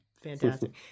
fantastic